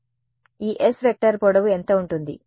కాబట్టి ఈ s vector పొడవు ఎంత ఉంటుంది